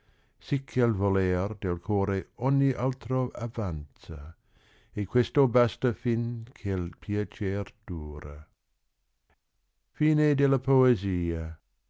che voler del core ogni altro avanza e questo basta fin che'l piacer dura